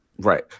right